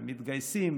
ומתגייסים,